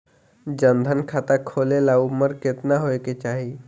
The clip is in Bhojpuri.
जन धन खाता खोले ला उमर केतना होए के चाही?